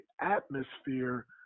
atmosphere